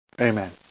Amen